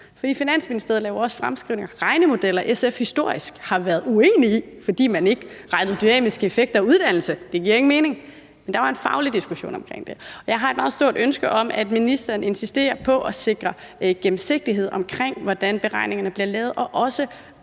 for Finansministeriet laver også fremskrivninger og regnemodeller, som SF historisk har været uenig i, fordi man ikke regnede de dynamiske effekter og uddannelse med. Det giver ingen mening. Men der var en faglig diskussion omkring det. Og jeg har et meget stort ønske om, at ministeren insisterer på at sikre gennemsigtighed omkring, hvordan beregningerne bliver lavet, og også